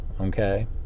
Okay